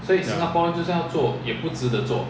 ya